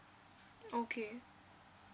okay